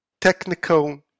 Technical